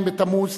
בתמוז תשע"ב,